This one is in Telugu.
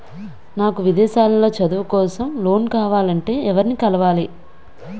నాకు విదేశాలలో చదువు కోసం లోన్ కావాలంటే ఎవరిని కలవాలి?